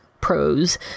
pros